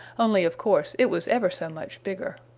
only of course it was ever so much bigger.